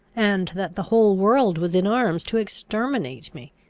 and that the whole world was in arms to exterminate me.